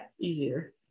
Easier